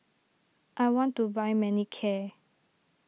I want to buy Manicare